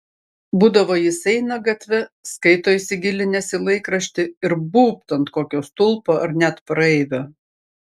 būdavo jis eina gatve skaito įsigilinęs į laikraštį ir būbt ant kokio stulpo ar net praeivio